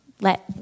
let